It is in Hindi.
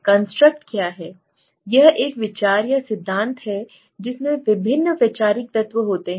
कंस्ट्रक्ट क्या है यह एक विचार या सिद्धांत है जिसमें विभिन्न वैचारिक तत्व होते हैं